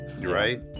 right